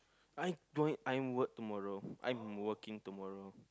I going I work tomorrow I'm working tomorrow